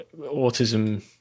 autism